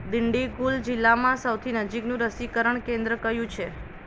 દિંડીગુલ જિલ્લામાં સૌથી નજીકનું રસીકરણ કેન્દ્ર કયું છે